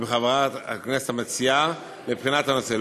עם חברת הכנסת המציעה לבחינת הנושא.